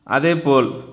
அதே போல்